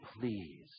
please